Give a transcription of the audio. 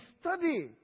study